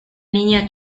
niña